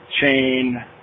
chain